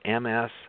MS